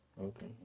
Okay